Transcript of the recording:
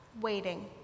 waiting